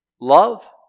love